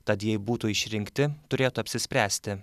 tad jei būtų išrinkti turėtų apsispręsti